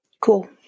Cool